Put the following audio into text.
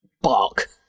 Bark